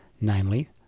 namely